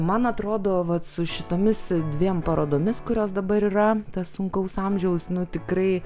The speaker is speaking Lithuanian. man atrodo vat su šitomis dviem parodomis kurios dabar yra tas sunkaus amžiaus nu tikrai